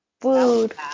food